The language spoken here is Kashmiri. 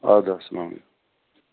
ادٕ اَسلامُ علیکُم